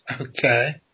Okay